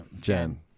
Jen